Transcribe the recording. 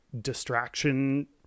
distraction